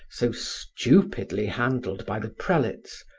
so stupidly handled by the prelates,